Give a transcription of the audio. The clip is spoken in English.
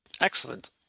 Excellent